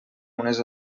unes